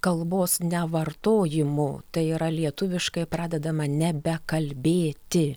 kalbos nevartojimu tai yra lietuviškai pradedama nebe kalbėti